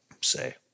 say